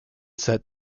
set